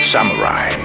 Samurai